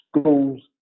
schools